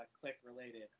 click-related